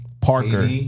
Parker